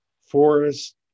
forest